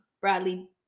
Bradley